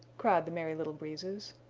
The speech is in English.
cried the merry little breezes.